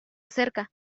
cerca